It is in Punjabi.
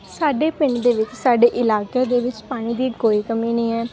ਸਾਡੇ ਪਿੰਡ ਦੇ ਵਿੱਚ ਸਾਡੇ ਇਲਾਕੇ ਦੇ ਵਿੱਚ ਪਾਣੀ ਦੀ ਕੋਈ ਕਮੀ ਨਹੀਂ ਹੈ